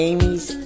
Amy's